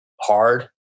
hard